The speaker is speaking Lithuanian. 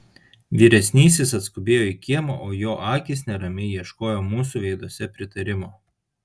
vyresnysis atskubėjo į kiemą o jo akys neramiai ieškojo mūsų veiduose pritarimo